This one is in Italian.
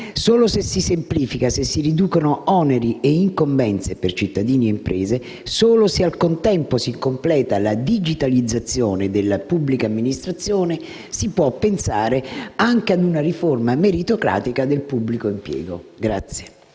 Solo se si semplifica, se si riducono oneri e incombenze per cittadini e imprese, solo se al contempo si completa la digitalizzazione della pubblica amministrazione, si può pensare anche ad una riforma meritocratica del pubblico impiego.